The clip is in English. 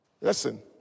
Listen